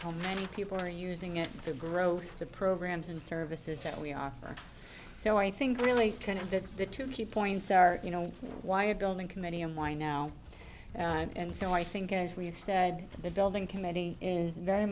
how many people are using it to grow the programs and services that we are so i think really connected the two key points are you know why a building committee and why now and so i think as we've said the building committee is very